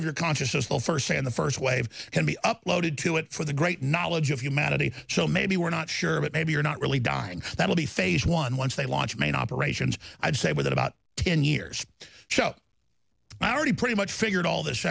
of your consciousness will first and the first wave can be uploaded to it for the great knowledge of humanity so maybe we're not sure but maybe you're not really dying that will be phase one once they launch main operations i'd say within about ten years so already pretty much figured all this